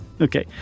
Okay